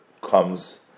comes